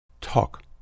Talk